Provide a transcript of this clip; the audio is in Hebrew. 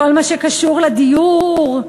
כל מה שקשור לדיור,